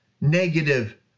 negative